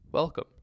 Welcome